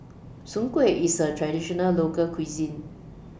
Soon Kway IS A Traditional Local Cuisine